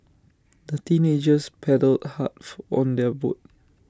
the teenagers paddled hard on their boat